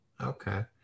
Okay